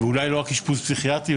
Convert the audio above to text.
ואולי לא רק אשפוז פסיכיאטרי.